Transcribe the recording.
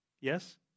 Yes